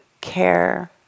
care